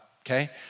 okay